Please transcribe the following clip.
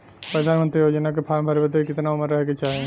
प्रधानमंत्री योजना के फॉर्म भरे बदे कितना उमर रहे के चाही?